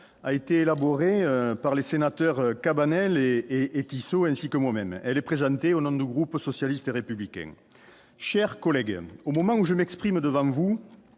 a été élaboré par les sénateurs Cabanel et et et Tissot ainsi que moi-même, elle est présentée au nom de groupe socialiste et républicain, chers collègues, au moment où je m'exprime devant vous